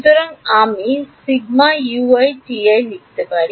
সুতরাং আমি লিখতে পারি